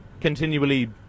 continually